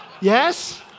Yes